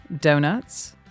donuts